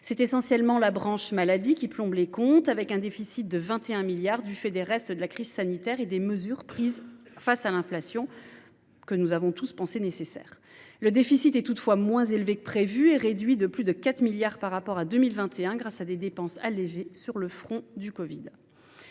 C’est essentiellement la branche maladie qui plombe les comptes, avec un déficit de 21 milliards d’euros, du fait des restes de la crise sanitaire et des mesures prises face à l’inflation, que nous avons tous estimées nécessaires. Le déficit est toutefois moins élevé que prévu et a diminué de plus de 4 milliards par rapport à 2021, grâce à des dépenses allégées sur le front de la covid